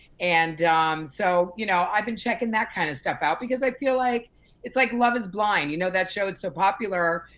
and um so, you know, i've been checking that kind of stuff out, because i feel like it's like love is blind. you know that show? it's so popular.